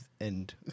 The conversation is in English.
End